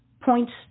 points